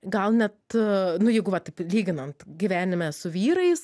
gal net nu jeigu vat taip lyginant gyvenime su vyrais